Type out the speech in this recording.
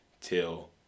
till